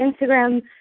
Instagram